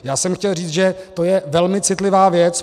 Já jsem chtěl říci, že to je velmi citlivá věc.